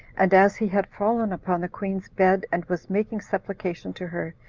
and as he had fallen upon the queen's bed, and was making supplication to her,